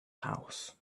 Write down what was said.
house